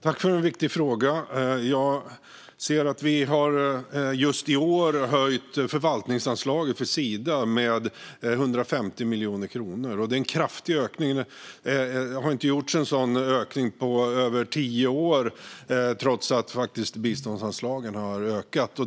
Herr talman! Tack för en viktig fråga! Just i år har vi höjt förvaltningsanslaget för Sida med 150 miljoner kronor. Det är en kraftig ökning, och någon sådan ökning har inte gjorts på över tio år, trots att biståndsanslagen har ökat.